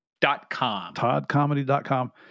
ToddComedy.com